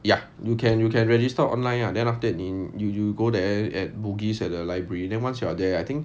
ya you can you can register online ah then after that 你 you you go there at bugis at the library then once you are there I think